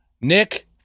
Nick